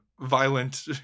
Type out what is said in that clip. violent